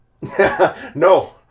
No